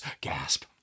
Gasp